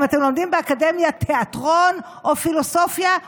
אם אתם לומדים באקדמיה תיאטרון או פילוסופיה,